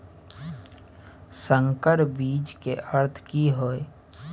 संकर बीज के अर्थ की हैय?